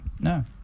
No